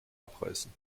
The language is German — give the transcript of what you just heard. abreißen